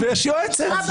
קארין נוהגת להפריע לכולנו,